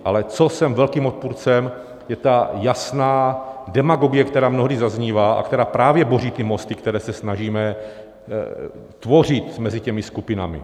Ale čeho jsem velkým odpůrcem, je ta jasná demagogie, která mnohdy zaznívá a která právě boří ty mosty, které se snažíme tvořit mezi těmi skupinami.